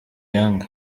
young